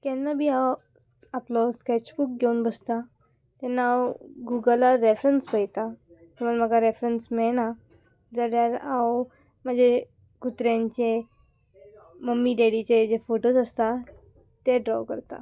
केन्ना बी हांव आपलो स्कॅच बूक घेवन बसता तेन्ना हांव गुगलार रेफ्रंस पळयतां समज म्हाका रेफ्रंस मेळना जाल्यार हांव म्हाजे कुत्र्यांचे मम्मी डेडीचे जे फोटोज आसता ते ड्रॉ करता